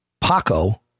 Paco